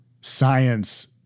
science